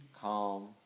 calm